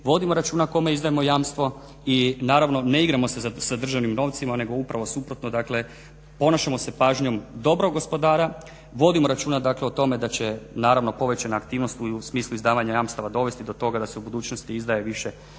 vodimo računa kome izdajemo jamstvo i naravno ne igramo se sa državnim novcima nego upravo suprotno. Dakle, ponašamo se pažnjom dobrog gospodara, vodimo računa dakle o tome da će naravno povećana aktivnost u smislu izdavanja jamstava dovesti do toga da se u budućnosti izdaje više